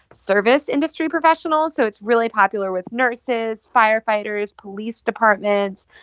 service-industry professionals. so it's really popular with nurses, firefighters, police departments.